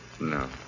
No